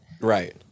Right